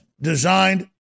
designed